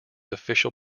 official